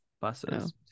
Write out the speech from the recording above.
buses